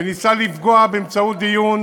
וניסה לפגוע באמצעות דיון